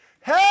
Hey